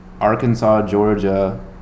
Arkansas-Georgia